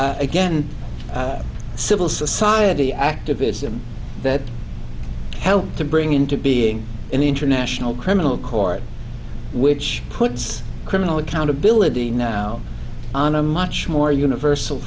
the again civil society activism that helped to bring into being in the international criminal court which puts criminal accountability now on a much more universal